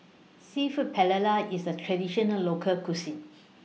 Seafood Paella IS A Traditional Local Cuisine